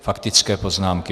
Faktické poznámky.